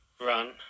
run